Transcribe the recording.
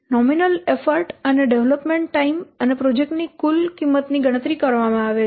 nominal effort અને development time અને પ્રોજેક્ટની કુલ કિંમત ની ગણતરી કરવામાં આવે છે